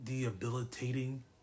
debilitating